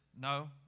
no